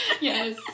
Yes